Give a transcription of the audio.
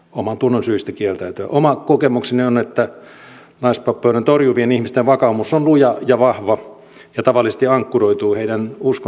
oma kokemukseni on että naispappeuden torjuvien ihmisten vakaumus on luja ja vahva ja tavallisesti ankkuroituu heidän uskonnonvakaumukseensa